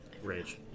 Rage